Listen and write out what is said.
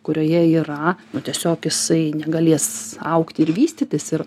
kurioje yra nu tiesiog jisai negalės augti ir vystytis ir